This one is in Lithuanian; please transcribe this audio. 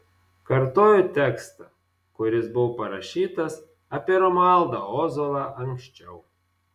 kartoju tekstą kuris buvo parašytas apie romualdą ozolą anksčiau